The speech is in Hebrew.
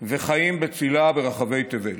וחיים בצילה ברחבי תבל,